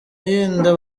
yenda